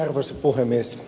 arvoisa puhemies